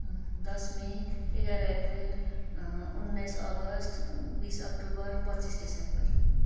दस मई एघार अप्रेल उन्नाइस अगस्त बिस अक्टोबर पच्चिस दिसम्बर